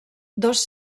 dos